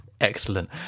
excellent